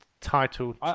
title